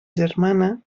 germana